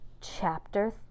Chapter